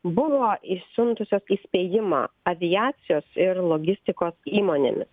buvo išsiuntusios įspėjimą aviacijos ir logistikos įmonėmis